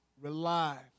rely